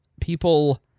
People